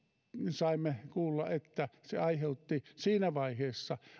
saimme kuulla että se aiheutti siinä vaiheessa